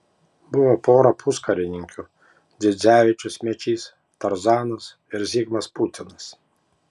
buvo pora puskarininkių dzidzevičius mečys tarzanas ir zigmas putinas